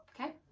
Okay